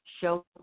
show